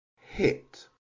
Hit